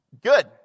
Good